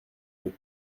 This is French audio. deux